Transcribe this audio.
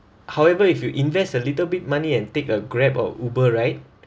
however if you invest a little bit money and take a grab or uber right